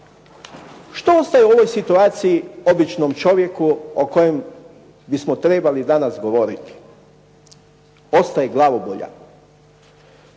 Što ostaje u ovoj situaciji običnom čovjeku o kojem bismo trebali danas govoriti? Ostaje glavobolja.